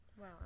Wow